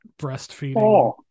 breastfeeding